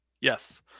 Yes